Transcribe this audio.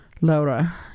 Laura